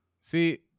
See